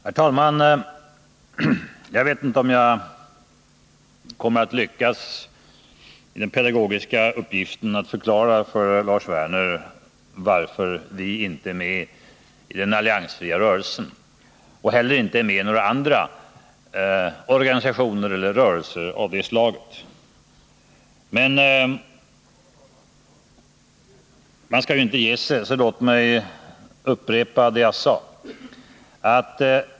Herr talman! Jag vet inte om jag kommer att lyckas i den pedagogiska uppgiften att förklara för Lars Werner varför vi inte kan vara med i den alliansfria rörelsen och inte heller i några andra organisationer eller rörelser av det slaget. Men man skall ju inte ge sig, så låt mig upprepa vad jag sade.